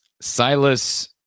Silas